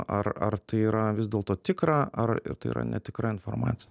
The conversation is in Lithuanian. ar ar tai yra vis dėlto tikra ar ir tai yra netikra informacija